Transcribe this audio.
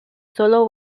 sólo